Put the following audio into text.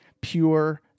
pure